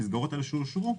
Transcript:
המסגרות האלה שאושרו,